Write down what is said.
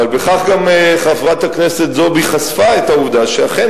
אבל בכך חברת הכנסת זועבי גם חשפה את העובדה שאכן